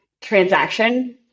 transaction